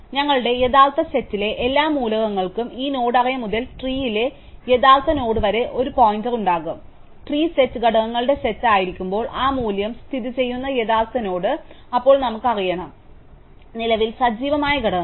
അതിനാൽ ഞങ്ങളുടെ യഥാർത്ഥ സെറ്റിലെ എല്ലാ മൂലകങ്ങൾക്കും ഈ നോഡ് അറേ മുതൽ ട്രീയിലെ യഥാർത്ഥ നോഡ് വരെ ഒരു പോയിന്റർ ഉണ്ടാകും ട്രീ സെറ്റ് ഘടകങ്ങളുടെ സെറ്റ് ആയിരിക്കുമ്പോൾ ആ മൂല്യം സ്ഥിതിചെയ്യുന്ന യഥാർത്ഥ നോഡ് അപ്പോൾ നമുക്ക് അറിയണം നിലവിൽ സജീവമായ ഘടകങ്ങൾ